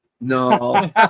No